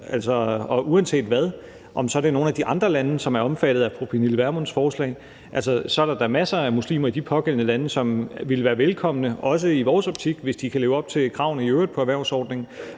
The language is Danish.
Og uanset hvad, om så det er nogle af de andre lande, som er omfattet af fru Pernille Vermunds forslag, er der da masser af muslimer i de pågældende lande, som ville være velkomne, også i vores optik, hvis de kan leve op til kravene i øvrigt på erhvervsordningen,